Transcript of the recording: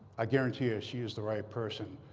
i guarantee you, she is the right person.